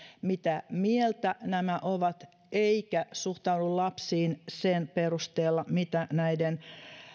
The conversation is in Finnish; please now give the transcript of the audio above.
mitä mieltä nämä ovat eikä suhtaudu lapsiin sen perusteella mitä näiden